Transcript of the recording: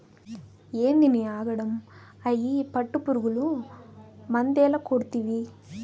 ఏందినీ ఆగడం, అయ్యి పట్టుపురుగులు మందేల కొడ్తివి